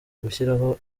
gushyiraho